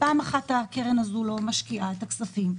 פעם אחת הקרן הזו לא משקיעה את הכספים,